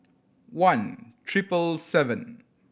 one triple seven